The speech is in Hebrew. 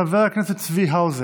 חבר הכנסת צבי האוזר,